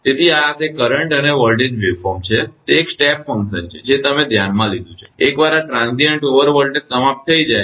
તેથી આ તે કરંટ અને વોલ્ટેજ વેવફોર્મ છે તે એક સ્ટેપ ફંકશન છે જે તમે ધ્યાનમાં લીધું છે એકવાર આ ટ્રાંઝિઇન્ટ ઓવરવોલ્ટેજ સમાપ્ત થઈ જાય